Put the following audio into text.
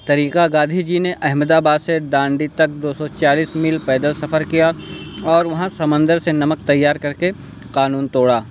طریقہ گاندھی جی نے احمد آباد سے ڈانڈی تک دو سو چالیس میل پیدل سفر کیا اور وہاں سمندر سے نمک تیار کر کے قانون توڑا